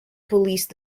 police